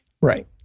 Right